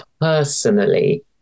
personally